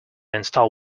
install